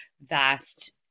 vast